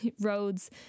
roads